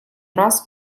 раз